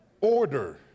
order